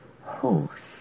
horse